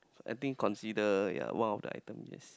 I think consider one of the item yes